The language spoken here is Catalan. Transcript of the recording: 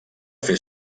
fer